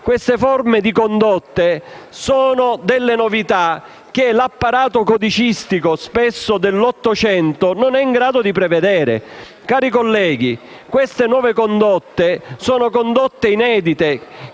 Queste forme di condotta sono novità che l'apparato codicistico, spesso dell'Ottocento, non è in grado di prevedere. Cari colleghi, le nuove condotte da terrorismo